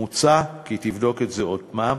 מוצע כי תבדוק את זה עוד פעם.